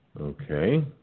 Okay